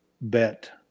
bet